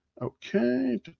okay